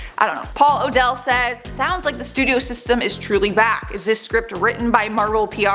i don't know. paul o'dell says sounds like the studio system is truly back. is this script written by marvel pr?